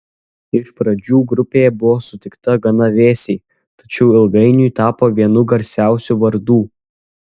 iš pradžių grupė buvo sutikta gana vėsiai tačiau ilgainiui tapo vienu garsiausių vardų